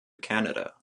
canada